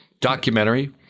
Documentary